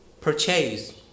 purchase